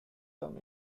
term